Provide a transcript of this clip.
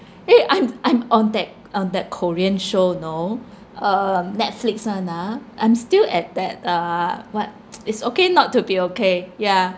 eh I'm I'm on that on that korean show you know uh netflix [one] ah I'm still at that uh what it's okay not to be okay ya